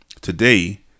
today